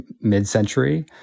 mid-century